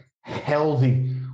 healthy